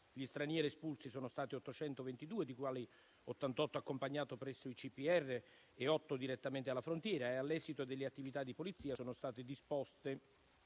Gli stranieri espulsi sono stati 822, dei quali 88 accompagnati presso i CPR e 8 direttamente alla frontiera. All'esito delle attività di polizia sono state disposte